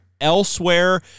elsewhere